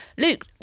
Luke